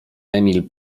emil